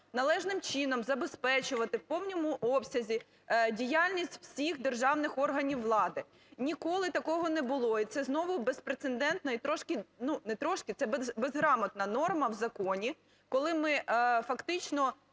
належним чином забезпечувати у повному обсязі діяльність всіх державних органів влади. Ніколи такого не було, і це знову безпрецедентна і трошки… ну, не трошки, це безграмотна норма в законі, коли ми фактично